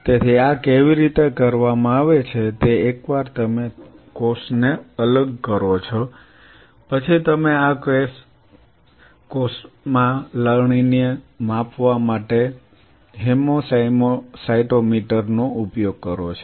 તેથી આ કેવી રીતે કરવામાં આવે છે તે એકવાર તમે કોષને અલગ કરો છો પછી તમે આ કેસ કોષમાં લણણીને માપવા માટે હેમોસાઇટોમીટર નો ઉપયોગ કરો છો